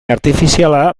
artifiziala